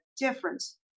difference